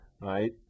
right